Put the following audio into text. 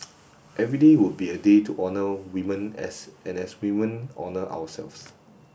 every day would be a day to honour women as and as women honour ourselves